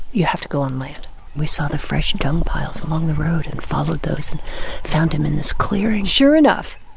you have to go on land we saw the fresh dung piles along the road and followed those and found him in this clearing sure enough,